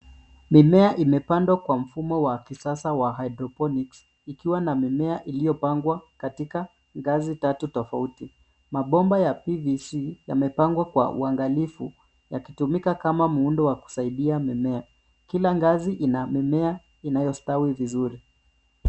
Mimea imepandwa kwa mfumo wa kisasa wa hydroponics ikiwa na mimea iliyopangwa katika ngazi tatu tofauti. Mabomba ya PVC yamepangwa kwa uangalifu yakitumika kama muundo wa kusaidia mimea. Kila ngazi ina mimea inayostawi vizuri.